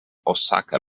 osaka